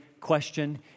question